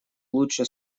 лучше